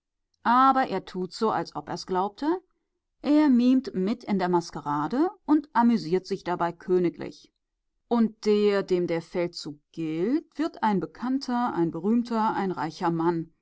aber er tut so als ob er's glaubte er mimt mit in der maskerade und amüsiert sich dabei königlich und der dem der feldzug gilt wird ein bekannter ein berühmter ein reicher mann